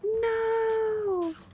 No